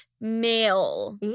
male